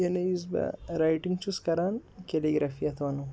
یعنی یُس بہٕ رایٹِنٛگ چھُس کران کیلیٖگرافی یَتھ وَنو